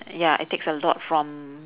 ya it takes a lot from